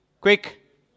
Quick